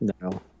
no